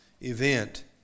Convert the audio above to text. event